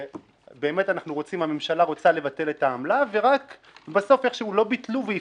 באמת הממשלה רוצה לבטל את העמלה ורק בסוף איכשהו לא ביטלו והפחיתו.